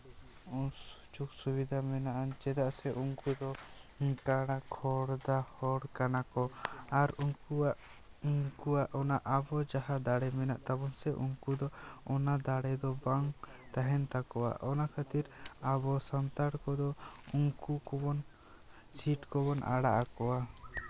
ᱥᱩᱡᱳᱜᱽ ᱥᱩᱵᱤᱫᱟ ᱢᱮᱱᱟᱜᱼᱟ ᱪᱮᱫᱟᱜ ᱥᱮ ᱩᱱᱠᱩ ᱫᱚ ᱠᱟᱬᱟ ᱠᱷᱚᱲᱫᱟ ᱦᱚᱲ ᱠᱟᱱᱟ ᱠᱚ ᱟᱨ ᱩᱱᱠᱩᱣᱟᱜ ᱩᱱᱠᱩᱣᱟᱜ ᱚᱱᱟ ᱟᱵᱚ ᱡᱟᱦᱟᱸ ᱫᱟᱲᱮ ᱢᱮᱱᱟᱜ ᱛᱟᱵᱚᱱ ᱥᱮ ᱩᱱᱠᱩ ᱫᱚ ᱚᱱᱟ ᱫᱟᱲᱮ ᱫᱚ ᱵᱟᱝ ᱛᱟᱦᱮᱱ ᱛᱟᱠᱚᱣᱟ ᱚᱱᱟ ᱠᱷᱟᱹᱛᱤᱨ ᱟᱵᱚ ᱥᱟᱱᱛᱟᱲ ᱠᱚᱫᱚ ᱩᱱᱠᱩ ᱠᱚᱵᱚᱱ ᱥᱤᱴ ᱠᱚᱵᱚᱱ ᱟᱲᱟᱜ ᱟᱠᱚᱣᱟ